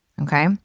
okay